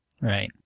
Right